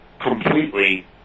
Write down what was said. completely